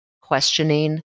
questioning